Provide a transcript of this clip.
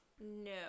No